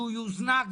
שהוא יוזנק,